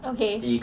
okay